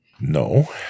No